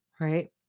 right